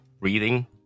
breathing